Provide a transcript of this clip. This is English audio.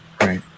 Right